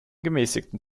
gemäßigten